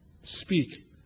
Speak